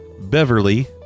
Beverly